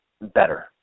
better